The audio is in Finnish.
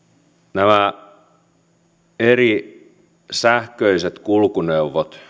näihin eri sähköisiin kulkuneuvoihin